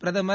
பிரதமர்